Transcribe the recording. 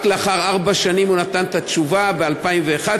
רק לאחר ארבע שנים הוא נתן את התשובה, ב-2011.